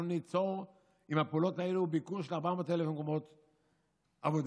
אנחנו ניצור עם הפעולות האלה ביקוש ל-400,000 מקומות עבודה.